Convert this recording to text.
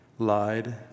Lied